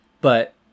But-